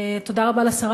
תודה רבה לשרה.